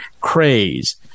craze